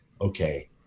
okay